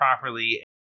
properly